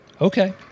Okay